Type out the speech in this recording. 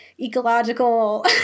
ecological